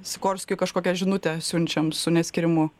sikorskiui kažkokią žinutę siunčiam su neskyrimu